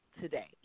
today